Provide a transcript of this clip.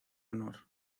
honor